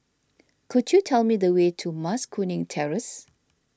could you tell me the way to Mas Kuning Terrace